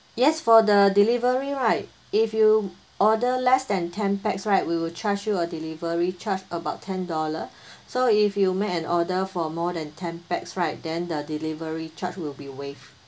yes for the delivery right if you order less than ten pax right we will charge you a delivery charge about ten dollar so if you make an order for more than ten pax right then the delivery charge will be waived